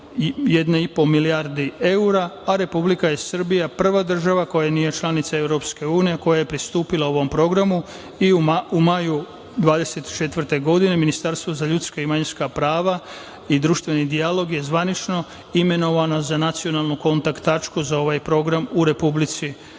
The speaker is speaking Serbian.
1,5 milijarda evra, a Republika Srbija je prva država koja nije članica EU, a koja je pristupila ovom programu. U maju 2024. godine Ministarstvo za ljudska i manjinska prava i društveni dijalog je zvanično imenovana za nacionalnu kontakt tačku za ovaj program u Republici Srbiji.